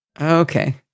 Okay